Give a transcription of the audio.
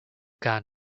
gan